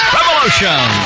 Revolution